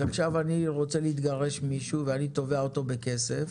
אני רוצה להתגרש ואני תובע אותו בכסף